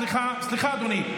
סליחה, אדוני.